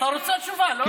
אתה רוצה תשובה, לא?